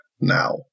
now